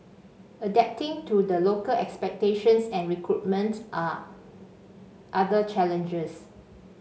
adapting to the local expectations and recruitment are other challenges